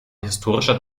historischer